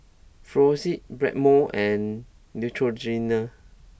Floxia Blackmores and Neutrogena